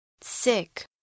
sick